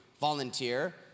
volunteer